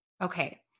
Okay